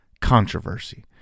controversy